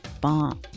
bomb